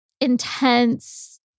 intense